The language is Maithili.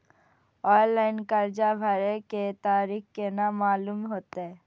ऑनलाइन कर्जा भरे के तारीख केना मालूम होते?